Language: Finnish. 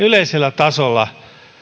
yleisellä tasolla